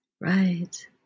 Right